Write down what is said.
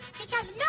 because